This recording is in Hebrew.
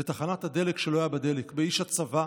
בתחנת הדלק שלא היה בה דלק, באיש הצבא,